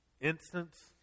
instance